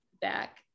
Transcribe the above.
back